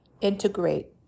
integrate